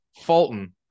Fulton